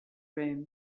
room